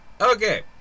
Okay